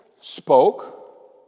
spoke